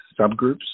subgroups